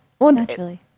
naturally